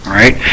right